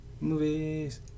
Movies